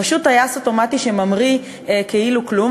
פשוט טייס אוטומטי שממריא כאילו כלום,